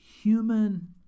human